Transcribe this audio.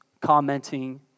commenting